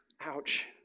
ouch